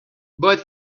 but